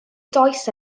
dois